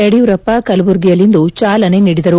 ಯಡಿಯೂರಪ್ಪ ಕಲಬುರಗಿಯಲ್ಲಿಂದು ಚಾಲನೆ ನೀಡಿದರು